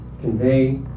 convey